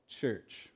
church